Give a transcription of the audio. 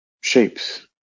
shapes